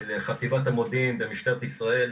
של חטיבת המודיעין במשטרת ישראל,